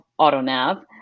AutoNav